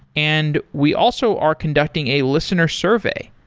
and we also are conducting a listener survey.